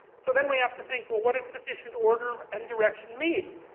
so then we have to think, well what does sufficient order and direction mean?